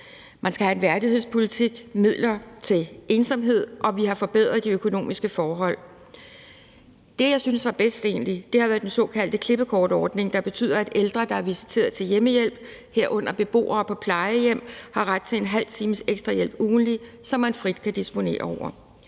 Man skal have en værdighedspolitik, midler imod ensomhed, og vi har forbedret de økonomiske forhold. Det, jeg egentlig synes har været bedst, er den såkaldte klippekortordning, der betyder, at ældre, der er visiteret til hjemmehjælp, herunder beboere på plejehjem, har ret til en halv times ekstra hjælp ugentligt, som man frit kan disponere over.